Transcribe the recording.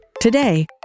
Today